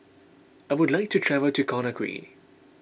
I would like to travel to Conakry